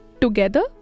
together